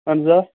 اہن حظ آ